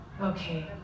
okay